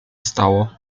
stało